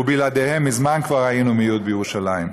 ובלעדיהם כבר מזמן היינו מיעוט בירושלים.